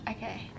Okay